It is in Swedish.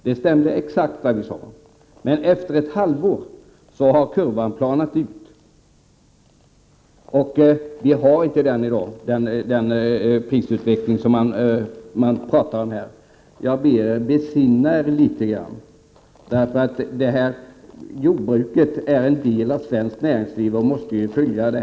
Det stämde exakt, men efter ett halvår har kurvan planat ut, och prisutvecklingen är inte sådan i dag. Jag ber er besinna er litet grand. Detta jordbruk är en del av svenskt näringsliv och måste följa det.